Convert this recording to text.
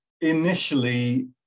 initially